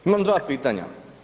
Imam dva pitanja.